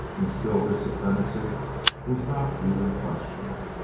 and still his supremacy was not even questioned.